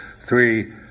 three